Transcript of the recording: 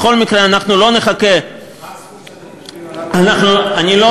בכל מקרה, אנחנו לא נחכה, מה